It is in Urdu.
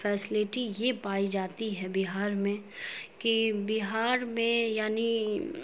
فیسلٹی یہ پائی جاتی ہے بہار میں کہ بہار میں یعنی